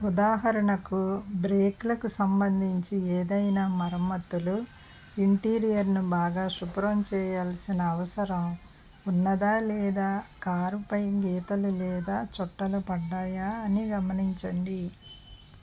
ఉదాహరణకు బ్రేక్లకు సంబందించి ఏదైనా మరమ్మత్తులు ఇంటీరియర్ను బాగా శుబ్రం చేయాల్సిన అవసరం ఉన్నదా లేదా కారుపై గీతలు లేదా చొట్టలు పడ్డాయా అని గమనించండి